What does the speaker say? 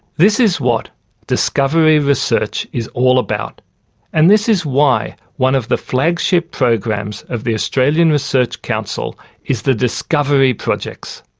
this is what discovery research is all about and this is why one of the flagship programs of the australian research council is the discovery projects.